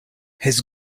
his